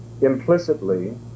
implicitly